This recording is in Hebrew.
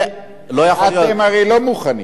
אתם הרי לא מוכנים.